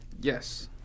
yes